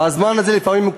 ולפעמים הזמן הזה הוא קריטי.